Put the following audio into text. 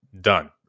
done